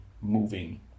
moving